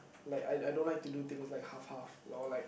like I I don't like to do thing like half half or like